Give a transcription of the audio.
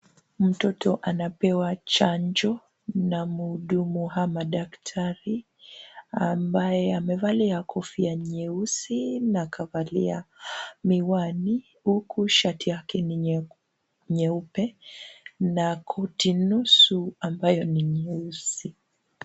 Mtoto anapewa chanjo na muhudumu ama daktari ambaye amevalia kofia nyeusi na akavalia miwani, huku shati yake ni nyeupe na koti nusu ambayo ni nyeusi.